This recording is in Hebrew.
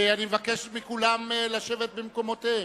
אני מבקש מכולם לשבת במקומותיהם,